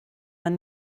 man